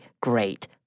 great